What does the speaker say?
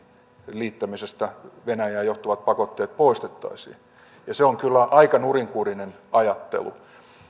liittämisestä venäjään johtuvat pakotteet poistettaisiin ja se on kyllä aika nurinkurinen ajattelu